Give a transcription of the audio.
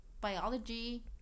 biology